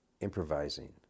improvising